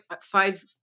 five